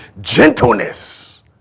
gentleness